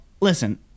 listen